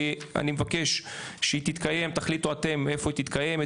ואני מבקש שתחליטו אתם איפה היא תתקיים,